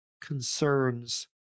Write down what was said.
concerns